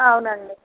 అవునండి